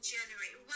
January